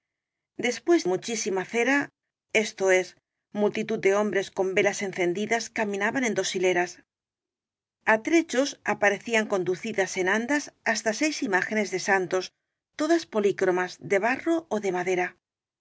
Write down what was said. después muchísima cera esto es multitud de hombres con velas encendidas caminaban en dos hileras á tre chos aparecían conducidas en andas hasta seis imá genes de santos todas polícromas de barro ó de madera